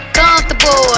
comfortable